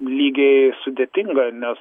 lygiai sudėtinga nes